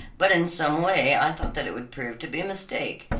but in some way i thought that it would prove to be a mistake.